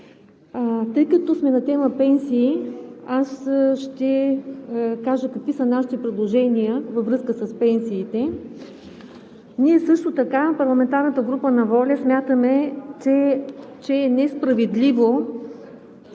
Тъй като сме на тема пенсии, ще кажа какви са нашите предложения във връзка с пенсиите. Ние също така, парламентарната група на ВОЛЯ смятаме, че е несправедливо